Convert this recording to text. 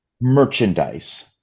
merchandise